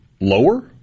lower